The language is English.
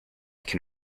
can